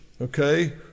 okay